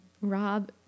Rob